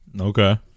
Okay